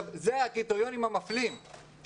זה הקריטריונים המפלים,